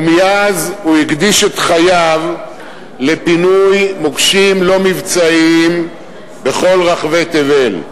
ומאז הוא הקדיש את חייו לפינוי מוקשים לא מבצעיים בכל רחבי תבל.